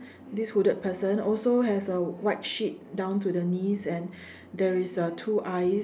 this hooded person also have a white sheet down to the knees and there is a two eyes